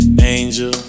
angel